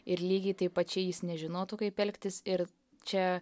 ir lygiai taip pačiai jis nežinotų kaip elgtis ir čia